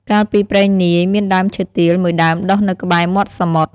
កាលពីព្រេងនាយ មានដើមឈើទាល មួយដើមដុះនៅក្បែរមាត់សមុទ្រ។